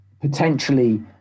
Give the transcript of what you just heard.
potentially